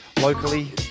locally